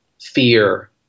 fear